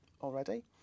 already